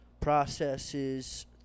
processes